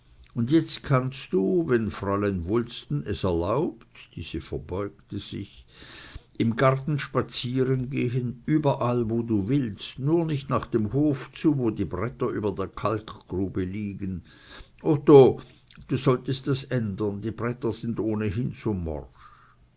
und jetzt kannst du wenn fräulein wulsten es erlaubt diese verbeugte sich im garten spazierengehen überall wo du willst nur nicht nach dem hof zu wo die bretter über der kalkgrube liegen otto du solltest das ändern die bretter sind ohnehin so morsch